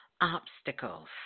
obstacles